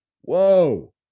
Whoa